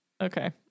Okay